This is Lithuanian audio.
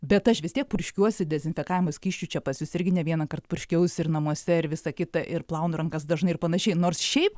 bet aš vis tiek purškiuosi dezinfekavimo skysčiu čia pas jus irgi ne vienąkart purškiausi ir namuose ir visą kitą ir plaunu rankas dažnai ir panašiai nors šiaip